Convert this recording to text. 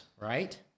right